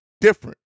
different